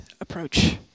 approach